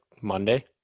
Monday